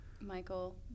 Michael